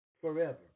forever